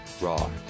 raw